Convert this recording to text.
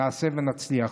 נעשה ונצליח.